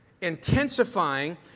intensifying